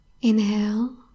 Inhale